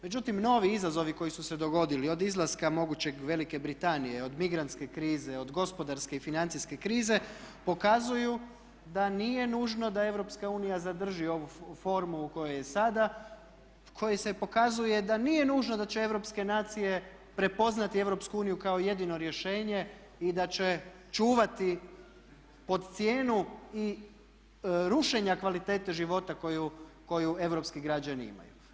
Međutim, novi izazovi koji su se dogodili, od izlaska mogućeg Velike Britanije, od migrantske krize, od gospodarske i financijske krize pokazuju da nije nužno da Europska unija zadrži ovu formu u kojoj je sada u kojoj se pokazuje da nije nužno da će europske nacije prepoznati Europsku uniju kao jedino rješenje i da će čuvati pod cijenu i rušenja kvalitete života koju europski građani imaju.